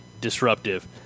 disruptive